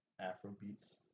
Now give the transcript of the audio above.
Afrobeats